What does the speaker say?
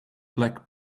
black